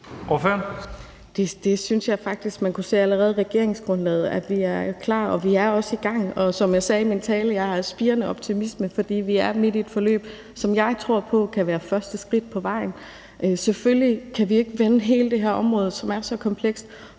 Jeg synes faktisk, at man allerede i regeringsgrundlaget kunne se, at vi er klar, og vi er også i gang. Og som jeg sagde i min tale, føler jeg en spirende optimisme, fordi vi er midt i et forløb, som jeg tror på kan være første skridt på vejen. Selvfølgelig kan vi ikke vende hele det her område, som er så komplekst,